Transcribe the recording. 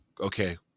okay